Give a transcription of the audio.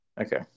Okay